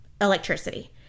electricity